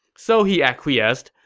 so he acquiesced.